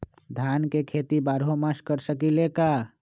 धान के खेती बारहों मास कर सकीले का?